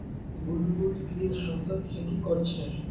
गुनगुन ग्रीनहाउसत खेती कर छ